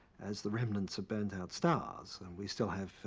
as the remnants of burnt out stars. and we still have, ah,